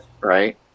right